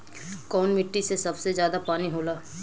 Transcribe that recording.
कौन मिट्टी मे सबसे ज्यादा पानी होला?